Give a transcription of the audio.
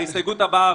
ההסתייגות הבאה,